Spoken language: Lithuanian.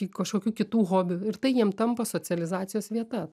kažkokių kitų hobių ir tai jiem tampa socializacijos vieta